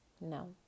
No